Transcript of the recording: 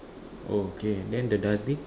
okay then the dustbin